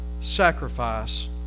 sacrifice